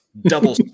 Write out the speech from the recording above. double